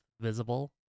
visible